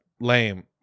lame